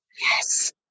Yes